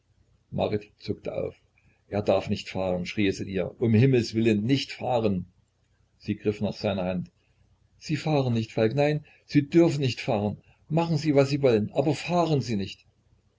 marit zuckte auf er darf nicht fahren schrie es in ihr um himmelswillen nicht fahren sie griff nach seiner hand sie fahren nicht falk nein sie dürfen nicht fahren machen sie was sie wollen aber fahren sie nicht